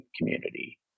community